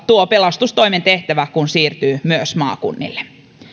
koska myös pelastustoimen tehtävä siirtyy maakunnille